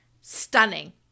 stunning